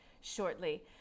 shortly